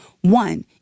one